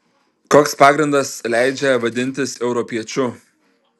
koks pagrindas leidžia vadintis europiečiu